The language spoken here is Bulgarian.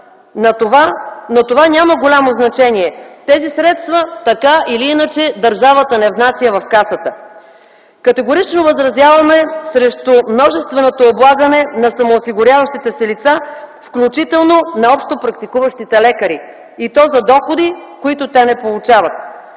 Но това няма голямо значение - тези средства така или иначе държавата не внася в Касата. Категорично възразяваме срещу множественото облагане на самоосигуряващите се лица, включително на общопрактикуващите лекари, и то за доходи, които те не получават.